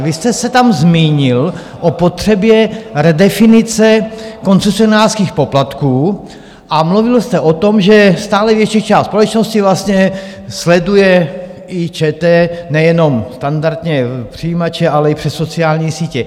Vy jste se tam zmínil o potřebě redefinice koncesionářských poplatků a mluvil jste o tom, že stále větší část společnosti vlastně sleduje i ČT nejenom standardně přes přijímače, ale i přes sociální sítě.